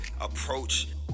approach